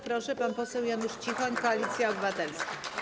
Proszę, pan poseł Janusz Cichoń, Koalicja Obywatelska.